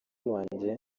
wanjye